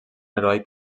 heroi